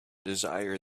desire